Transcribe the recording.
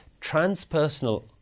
Transpersonal